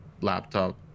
laptop